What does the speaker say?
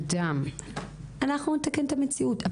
ואנחנו נתקן את המציאות.